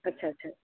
अच्छा अच्छा